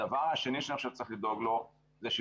הדבר השני שאני חושב שצריך לדאוג לו הוא שילוב,